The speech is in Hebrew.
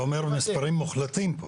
אתה אומר מספרים מוחלטים פה.